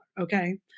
Okay